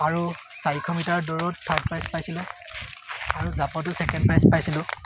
আৰু চাৰিশ মিটাৰ দৌৰত থাৰ্ড প্ৰাইজ পাইছিলোঁ আৰু জাঁপতো ছেকেণ্ড প্ৰাইজ পাইছিলোঁ